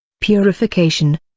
purification